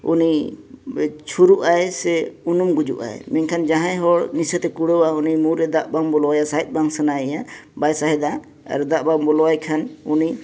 ᱩᱱᱤ ᱪᱷᱩᱨᱩᱜᱟᱭ ᱥᱮ ᱩᱱᱩᱢ ᱜᱩᱡᱩᱜᱟᱭ ᱢᱮᱱᱠᱷᱟᱱ ᱡᱟᱦᱟᱸᱭ ᱦᱚᱲ ᱱᱤᱥᱥᱟᱥᱮ ᱠᱩᱲᱟᱹᱟ ᱩᱱᱤ ᱢᱩᱨᱮ ᱫᱟᱜ ᱵᱟᱝ ᱵᱚᱞᱚᱣᱟᱭᱟ ᱥᱟᱣᱦᱮᱫ ᱵᱟᱝ ᱥᱟᱱᱟᱭᱮᱭᱟ ᱵᱟᱭ ᱥᱟᱦᱮᱫᱟ ᱟᱨ ᱫᱟᱜ ᱵᱟᱝ ᱵᱚᱞᱚᱣᱟᱭ ᱠᱷᱟᱱ ᱩᱱᱤ